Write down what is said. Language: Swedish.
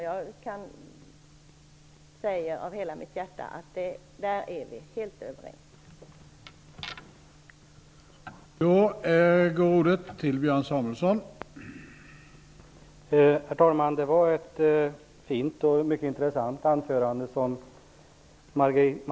Jag säger av hela mitt hjärta att vi är helt överens om detta.